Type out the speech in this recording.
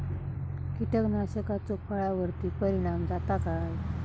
कीटकनाशकाचो फळावर्ती परिणाम जाता काय?